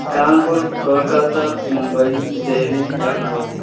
Kanpur Kolkata Mumbai Delhi Lucknow